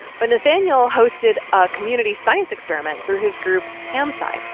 but nathaniel hosted a community science experiment through his group hamsci.